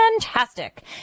fantastic